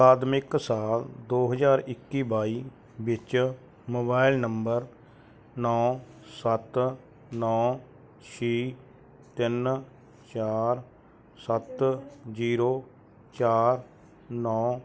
ਅਕਾਦਮਿਕ ਸਾਲ ਦੋ ਹਜ਼ਾਰ ਇੱਕੀ ਬਾਈ ਵਿੱਚ ਮੋਬਾਈਲ ਨੰਬਰ ਨੌਂ ਸੱਤ ਨੌਂ ਛੇ ਤਿੰਨ ਚਾਰ ਸੱਤ ਜੀਰੋ ਚਾਰ ਨੌਂ